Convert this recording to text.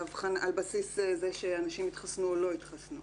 בסיס זה שאנשים התחסנו או לא התחסנו,